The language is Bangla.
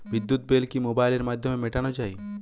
বিদ্যুৎ বিল কি মোবাইলের মাধ্যমে মেটানো য়ায়?